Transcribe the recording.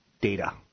data